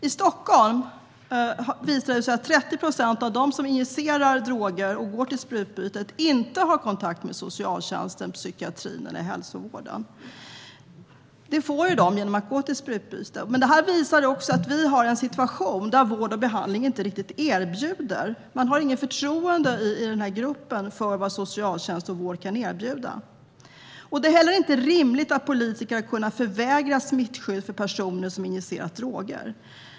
I Stockholm visar det sig att 30 procent av dem som injicerar droger och går till sprututbyte inte har kontakt med socialtjänsten, psykiatrin eller hälsovården. Det får de genom att gå till sprututbyte. Men detta visar också att vi har en situation där man i den här gruppen inte riktigt har förtroende för vad socialtjänst och vård kan erbjuda. Det är heller inte rimligt att politiker har kunnat förvägra smittskydd för personer som injicerat droger.